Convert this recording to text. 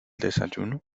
desayuno